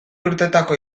urtetako